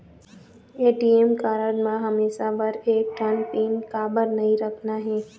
ATM card म हमेशा बर एक ठन पिन काबर नई रखना हे?